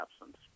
absence